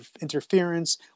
interference